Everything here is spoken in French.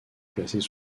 placés